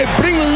bring